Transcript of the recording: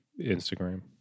instagram